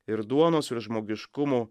ir duonos ir žmogiškumų